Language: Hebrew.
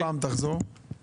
תחזור עוד פעם.